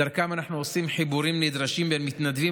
ודרכם אנחנו עושים חיבורים נדרשים בין מתנדבים